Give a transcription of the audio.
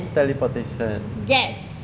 teleportation